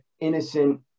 innocent